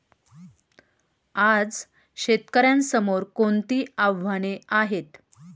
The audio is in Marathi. आज शेतकऱ्यांसमोर कोणती आव्हाने आहेत?